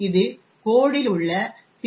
எனவே இது கோட் இல் உள்ள பி